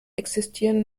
existieren